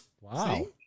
Wow